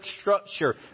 structure